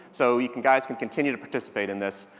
so, you can, guys can continue to participate in this.